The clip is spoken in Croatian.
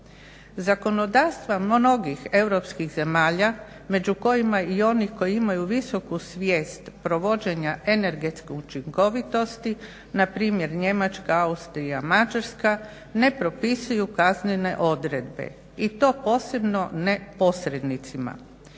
Zakonodavstva mnogih europskih zemalja, među kojima i onih koji imaju visoku svijest provođenje energetske učinkovitosti, npr. Njemačka, Austrija, Mađarska, ne propisuju kaznene odredbe i to posebno ne posrednicima.